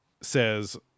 says